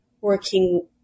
working